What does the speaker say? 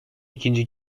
ikinci